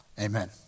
Amen